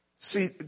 see